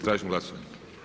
Tražim glasovanje.